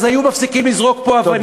אז היו מפסיקים לזרוק פה אבנים.